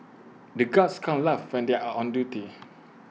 the guards can't laugh when they are on duty